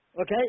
Okay